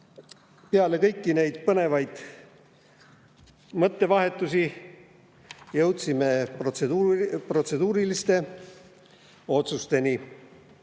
Pärast kõiki neid põnevaid mõttevahetusi jõudsime protseduuriliste otsusteni.